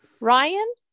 Ryan